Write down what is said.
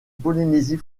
polynésie